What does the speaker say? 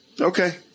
Okay